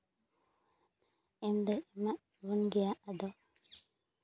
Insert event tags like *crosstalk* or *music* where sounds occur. ᱤᱧᱫᱚ *unintelligible* ᱜᱮᱭᱟ ᱟᱫᱚ